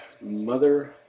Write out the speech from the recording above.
mother